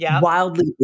wildly